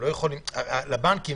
לבנקים,